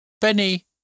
Benny